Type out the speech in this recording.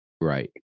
right